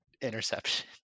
interception